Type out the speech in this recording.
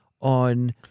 on